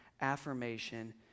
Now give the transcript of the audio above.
affirmation